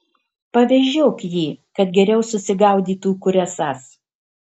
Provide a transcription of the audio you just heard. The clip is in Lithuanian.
pavežiok jį kad geriau susigaudytų kur esąs